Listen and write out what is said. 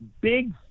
big